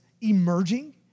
emerging